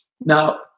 now